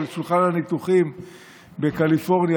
על שולחן הניתוחים בקליפורניה,